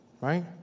Right